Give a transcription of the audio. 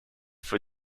for